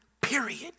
period